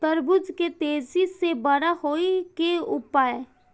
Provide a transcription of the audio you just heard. तरबूज के तेजी से बड़ा होय के उपाय?